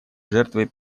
жертвой